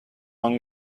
one